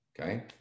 okay